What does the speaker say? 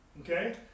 Okay